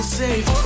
safe